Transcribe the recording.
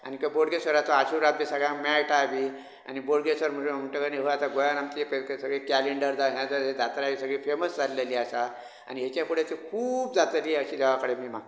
आनीक बोडगेश्वराचो आशिर्वाद सगळ्यांक मेळटाय बी आनी बोडगेश्वर म्हणटकीत अ गोंयांत आमचे सगळे केलिंडर जात्राय सगळी फॅमस जाल्लेली आसा आनी हेचे फुडें ती खूब जातली अशें देवा कडेन मी मागता